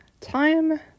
time